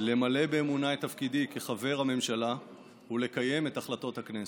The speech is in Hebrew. למלא באמונה את תפקידי כחבר הממשלה ולקיים את החלטות הכנסת.